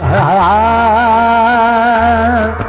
aa